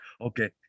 Okay